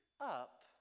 up